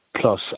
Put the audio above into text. plus